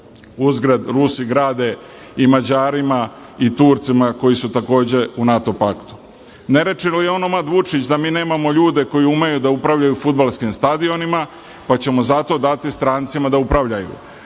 Uzgred, Rusi grade i Mađarima i Turcima, koji su takođe u NATO paktu. Ne reče li onomad Vučić da mi nemamo ljude koji umeju da upravljaju fudbalskim stadionima, pa ćemo zato dati strancima da upravljaju?